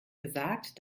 gesagt